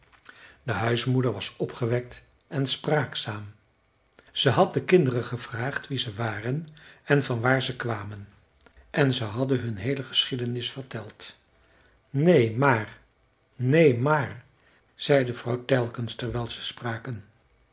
de huismoeder was opgewekt en spraakzaam ze had de kinderen gevraagd wie ze waren en van waar ze kwamen en ze hadden hun heele geschiedenis verteld neen maar neen maar zei de vrouw telkens terwijl ze spraken